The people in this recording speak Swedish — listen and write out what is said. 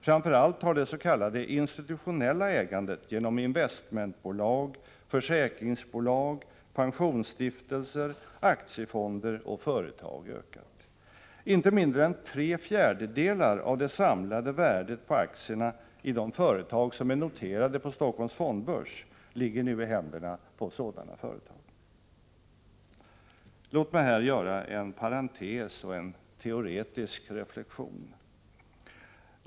Framför allt har det s.k. institutionella ägandet genom investmentbolag, försäkringsbolag, pensionsstiftelser, aktiefonder och företag ökat. Inte mindre än tre fjärdedelar av det samlade värdet på aktierna i de företag som är noterade på Stockholms fondbörs ligger nu i händerna på sådana företag. Låt mig här göra en parentes och en teoretisk reflexion.